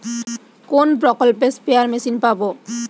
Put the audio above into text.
কোন প্রকল্পে spare machine পাব?